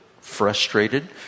frustrated